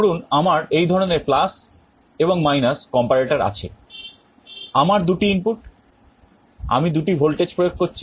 ধরুন আমার এই ধরনের এবং comparator আছে আমার দুটি ইনপুট আমি দুটি ভোল্টেজ প্রয়োগ করছি